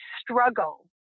struggle